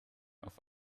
auf